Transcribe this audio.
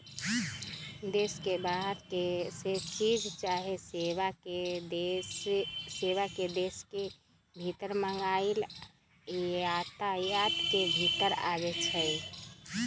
देश के बाहर से चीज चाहे सेवा के देश के भीतर मागनाइ आयात के भितर आबै छइ